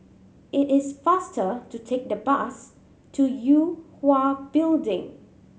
it is faster to take the bus to Yue Hwa Building